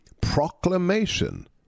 proclamation